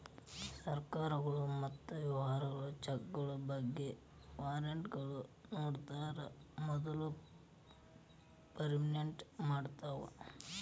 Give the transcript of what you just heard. ಸರ್ಕಾರಗಳು ಮತ್ತ ವ್ಯವಹಾರಗಳು ಚೆಕ್ಗಳ ಬದ್ಲಿ ವಾರೆಂಟ್ಗಳನ್ನ ನೇಡೋದ್ರ ಮೂಲಕ ಪೇಮೆಂಟ್ ಮಾಡ್ತವಾ